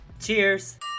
Cheers